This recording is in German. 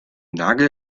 nagel